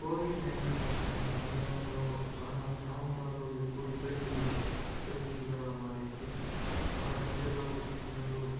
Covid nineteen వచ్చిన సమయంలో చాలా ప్రాంతాలు ఎక్కువ ఇబ్బందిగా మారింది చాలా ప్రజలు అందరూ